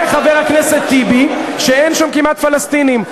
יודה חבר הכנסת טיבי שאין שם כמעט פלסטינים.